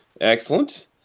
Excellent